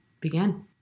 began